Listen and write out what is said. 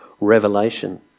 revelation